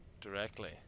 directly